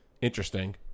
Interesting